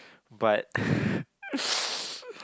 but